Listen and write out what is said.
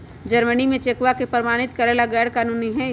Germany में चेकवा के प्रमाणित करे ला गैर कानूनी हई